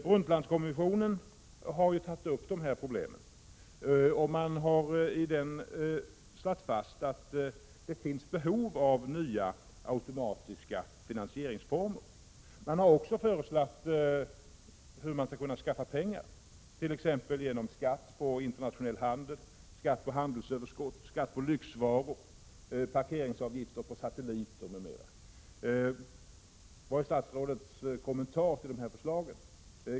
Brundtlandkommissionen har tagit upp de här problemen. Man har där slagit fast att det finns behov av nya automatiska finansieringsformer. Man har också föreslagit hur pengar skall kunna skaffas, t.ex. genom skatt på internationell handel, skatt på handelsöverskott, skatt på lyxvaror, parkeringsavgifter för satelliter m.m. Vad är statsrådets kommentar till de här förslagen?